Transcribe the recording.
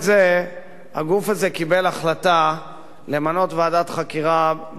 הגוף הזה קיבל החלטה למנות ועדת חקירה בנוגע להתנחלויות.